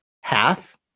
Half